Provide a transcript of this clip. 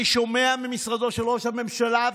אני שומע ממשרדו של ראש הממשלה,